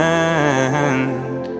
end